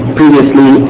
previously